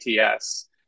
ATS